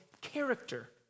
character